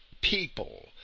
People